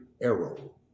arrow